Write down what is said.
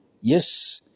Yes